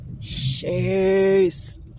shoes